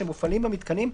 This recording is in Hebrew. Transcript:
שמופעלים בה מיתקנים,